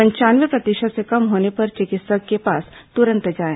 पंचानवे प्रतिशत से कम होने पर चिकित्सक के पास तुरंत जाएं